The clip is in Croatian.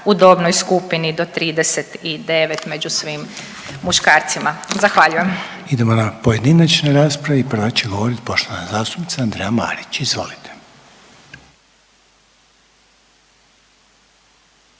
u dobnoj skupini do 39 među svim muškarcima. Zahvaljujem. **Reiner, Željko (HDZ)** Idemo na pojedinačne rasprave i prva će govoriti poštovana zastupnica Andreja Marić, izvolite.